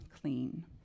clean